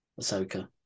Ahsoka